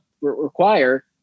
require